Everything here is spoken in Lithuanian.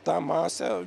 tą masę